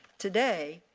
today,